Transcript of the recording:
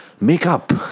Makeup